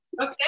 Okay